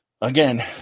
again